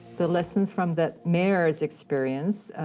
the lessons from the mers experience, ah,